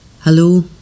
Hello